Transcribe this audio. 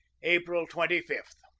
april twenty five.